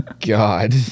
god